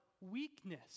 weakness